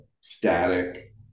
static